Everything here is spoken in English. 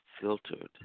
filtered